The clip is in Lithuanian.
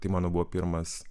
tai mano buvo pirmas